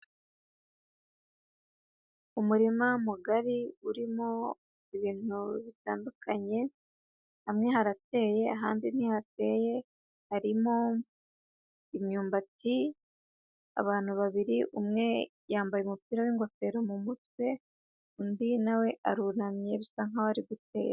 Umurima mugari urimo ibintu bitandukanye, hamwe harateye ahandi ntihateye, harimo imyumbati, abantu babiri umwe yambaye umupira w'ingofero mu mutwe, undi nawe arunamye basa nk'aho ari gutera.